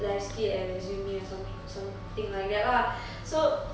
life skill and resume or som~ something like that lah so